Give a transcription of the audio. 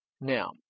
now